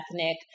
ethnic